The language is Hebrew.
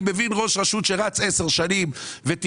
אני מבין שראש רשות שרץ 10 שנים ויש לו